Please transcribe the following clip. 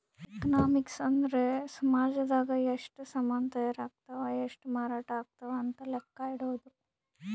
economics ಅಂದ್ರ ಸಾಮಜದಾಗ ಎಷ್ಟ ಸಾಮನ್ ತಾಯರ್ ಅಗ್ತವ್ ಎಷ್ಟ ಮಾರಾಟ ಅಗ್ತವ್ ಅಂತ ಲೆಕ್ಕ ಇಡೊದು